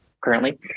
currently